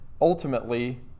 ultimately